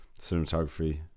cinematography